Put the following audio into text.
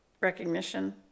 recognition